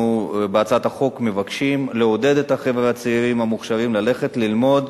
אנחנו בהצעת החוק מבקשים לעודד את החבר'ה הצעירים המוכשרים ללכת ללמוד